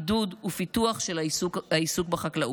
עידוד ופיתוח של העיסוק בחקלאות.